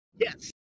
Yes